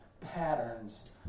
patterns